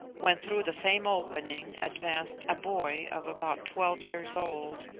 when through the same opening advanced a boy of about twelve years old,